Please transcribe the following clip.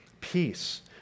peace